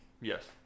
Yes